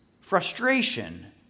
frustration